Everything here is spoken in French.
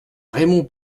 raymond